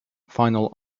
final